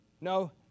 no